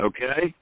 Okay